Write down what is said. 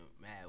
Mad